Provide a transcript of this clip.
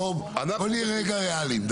נהיה ריאלים.